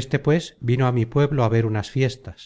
este pues vino á mi pueblo á ver unas fiestas